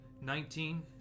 Nineteen